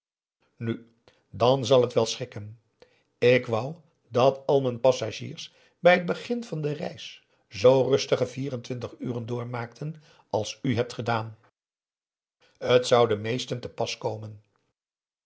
nu dan zal het wel schikken ik wou dat al m'n passagiers bij het begin van de reis zoo'n rustige vier en twintig uren doormaakten als u hebt gedaan t zou de meesten te pas komen